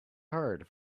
hard